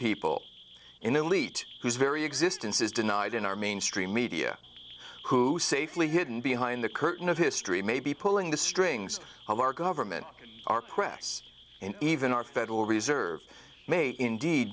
people in the elite whose very existence is denied in our mainstream media who say fully hidden behind the curtain of history may be pulling the strings of our government our press and even our federal reserve may indeed